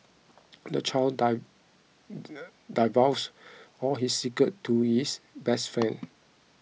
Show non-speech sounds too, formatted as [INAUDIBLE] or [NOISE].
the child [UNINTELLIGIBLE] divulged all his secrets to his best friend